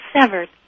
severed